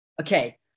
Okay